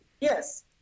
Yes